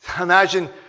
Imagine